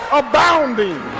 abounding